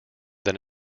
than